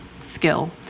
skill